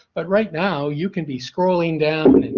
but, right now you can be scrolling down,